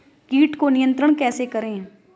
कीट को नियंत्रण कैसे करें?